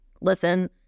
listen